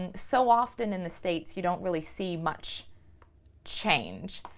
and so often in the states you don't really see much change.